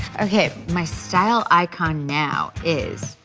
okay. my style icon now is.